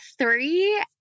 three